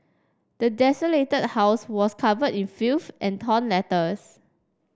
the desolated house was covered in filth and torn letters